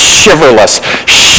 shiverless